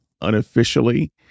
unofficially